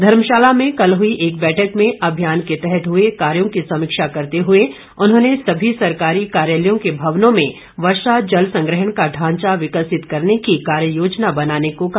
धर्मशाला में कल हुई एक बैठक में अभियान के तहत हुए कार्यो की समीक्षा करते हुए उन्होंने सभी सरकारी कार्यालयों के भवनों में वर्षा जल संग्रहण का ढांचा विकसित करने की कार्य योजना बनाने को कहा